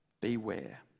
beware